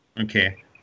Okay